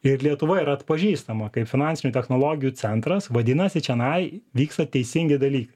ir lietuva yra atpažįstama kaip finansinių technologijų centras vadinasi čianai vyksta teisingi dalykai